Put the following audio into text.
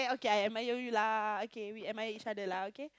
okay I admire you lah okay we admire each lah okay